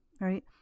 right